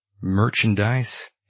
merchandise